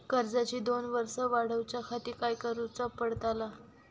कर्जाची दोन वर्सा वाढवच्याखाती काय करुचा पडताला?